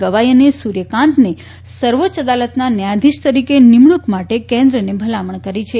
ગવાઈ અને સૂર્યકાન્તને સર્વોચ્ચ અદાલતના ન્યાયાધીશ તરીકે નિમણૂંક માટે કેન્દ્રને ભલામણ કરી છે